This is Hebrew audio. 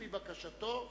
לפי בקשתו,